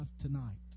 tonight